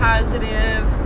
positive